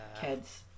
kids